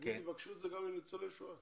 יבקשו את זה גם מניצולי שואה.